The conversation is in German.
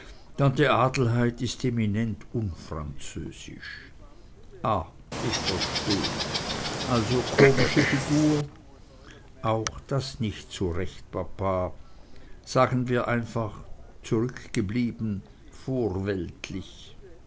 tante adelheid ist eminent unfranzösisch ah ich versteh also komische figur auch das nicht so recht papa sagen wir einfach zurückgeblieben vorweltlich